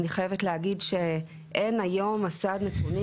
אני חייבת להגיד שאין היום מסד נתונים